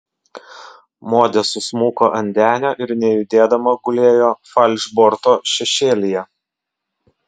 modė susmuko ant denio ir nejudėdama gulėjo falšborto šešėlyje